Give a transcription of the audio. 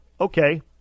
okay